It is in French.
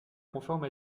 conforme